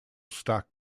stock